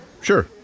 sure